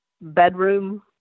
bedroom